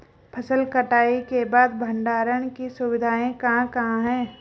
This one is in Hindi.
फसल कटाई के बाद भंडारण की सुविधाएं कहाँ कहाँ हैं?